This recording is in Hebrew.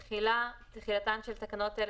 תודה, תקנות 25,